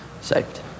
saved